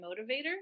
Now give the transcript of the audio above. motivator